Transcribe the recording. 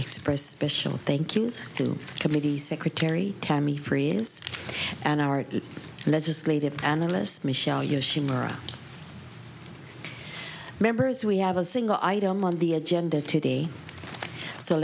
express special thank you to committee secretary tammy freeze and our legislative analyst michelle yoshimura members we have a single item on the agenda today so